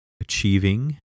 achieving